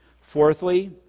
Fourthly